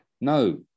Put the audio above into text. No